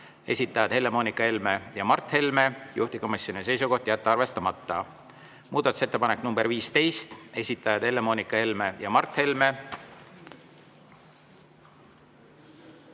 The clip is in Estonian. esitajad Helle-Moonika Helme ja Mart Helme, juhtivkomisjoni seisukoht on jätta arvestamata. Muudatusettepanek nr 15, esitajad Helle-Moonika Helme ja Mart Helme,